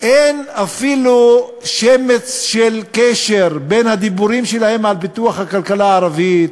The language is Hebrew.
אין אפילו שמץ של קשר בין הדיבורים שלהם על פיתוח הכלכלה הערבית,